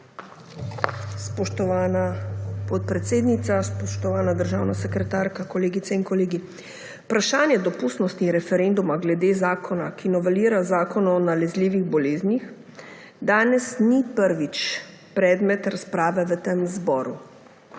Spoštovana podpredsednica, spoštovana državna sekretarka, kolegice in kolegi! Vprašanje dopustnosti referenduma glede zakona, ki novelira Zakon o nalezljivih boleznih, danes ni prvič predmet razprave v tem zboru.